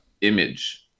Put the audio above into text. image